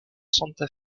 santa